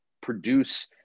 produce